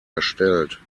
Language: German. erstellt